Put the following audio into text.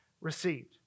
received